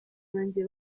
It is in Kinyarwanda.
banjye